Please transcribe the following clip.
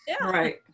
Right